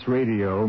Radio